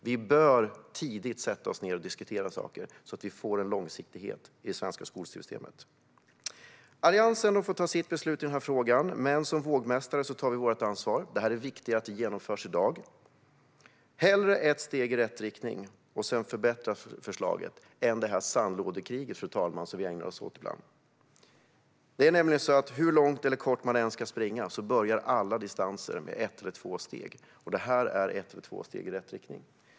Vi bör tidigt sätta oss ned och diskutera saker, så att vi får en långsiktighet i det svenska skolsystemet. Alliansen får ta sitt beslut i frågan, men som vågmästare tar vi vårt ansvar. Det här är viktigt att genomföra i dag. Hellre ett steg i rätt riktning och sedan förbättring av förslaget än det sandlådekrig som vi ägnar oss åt ibland, fru talman. Hur långt eller kort man än ska springa börjar nämligen alla distanser med ett eller två steg. Det här är ett eller två steg i rätt riktning.